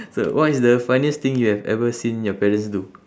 so what is the funniest thing you have ever seen your parents do